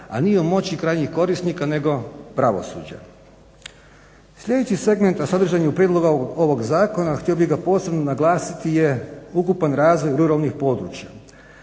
a nije u moći krajnjih korisnika nego pravosuđa. Sljedeći segment, a sadržan je u prijedlogu ovog zakona, htio bih ga posebno naglasiti je ukupan … ruralnih područja.